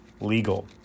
legal